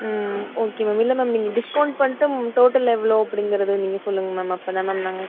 ம் okay ma'am இல்லை ma'am நீங்கள் டிஸ்கவுண்ட் பண்ணிட்டு டோட்டல் எவ்வளோ அப்படிங்கிறத நீங்கள் சொல்லுங்கள் மேம் அப்போதான் மேம் நாங்கள்